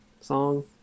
song